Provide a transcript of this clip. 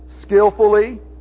skillfully